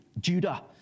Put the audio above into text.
Judah